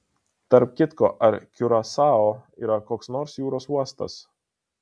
tarp kitko ar kiurasao yra koks nors jūros uostas